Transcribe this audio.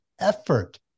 effort